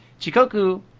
Chikoku